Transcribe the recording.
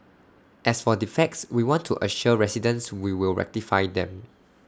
as for defects we want to assure residents we will rectify them